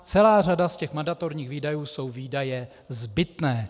Celá řada z těch mandatorních výdajů jsou výdaje zbytné.